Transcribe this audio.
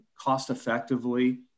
cost-effectively